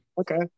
Okay